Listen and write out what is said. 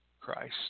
Christ